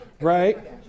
right